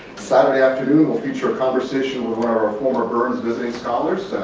saturday afternoon will feature a conversation with one of our former burns visiting scholars,